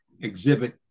exhibit